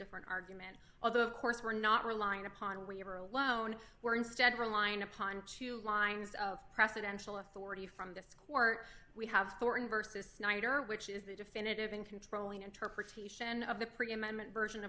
different argument although of course we're not relying upon where you are alone where instead of relying upon two lines of presidential authority from this court we have versus snyder which is the definitive in controlling interpretation of the pre amendment version